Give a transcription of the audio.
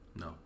No